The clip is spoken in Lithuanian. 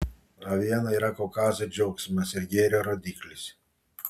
aviena yra kaukazo džiaugsmas ir gėrio rodiklis